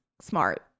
smart